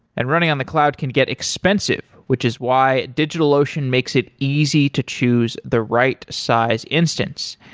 and running on the cloud can get expensive, which is why digitalocean makes it easy to choose the right size instance.